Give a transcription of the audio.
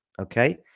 Okay